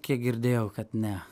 kiek girdėjau kad ne